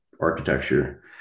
architecture